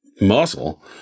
muscle